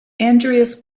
andreas